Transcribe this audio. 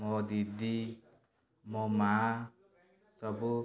ମୋ ଦିଦି ମୋ ମାଆ ସବୁ